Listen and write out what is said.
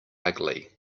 ugly